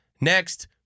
next